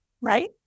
right